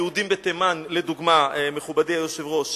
היהודים בתימן, לדוגמה, מכובדי היושב-ראש,